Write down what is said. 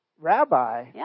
rabbi